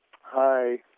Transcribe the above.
Hi